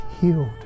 healed